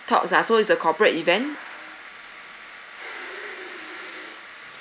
talks ah so it's a corporate event